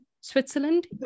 Switzerland